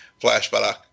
flashback